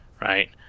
right